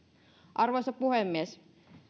arvoisa puhemies